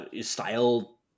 style